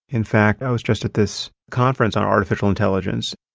in fact, i was just at this conference on artificial intelligence,